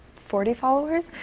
forty followers?